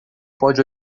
pode